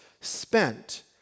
spent